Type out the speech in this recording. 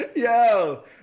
Yo